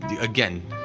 again